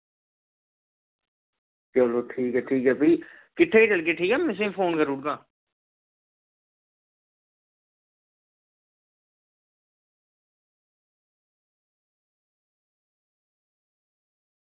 चलो ठीक ऐ ठीक ऐ भी किट्ठे गै चलगे ठीक ऐ ना तुसेंगी फोन करी ओड़गा